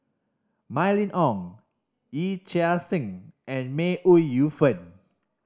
Mylene Ong Yee Chia Hsing and May Ooi Yu Fen